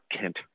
Kent